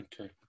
Okay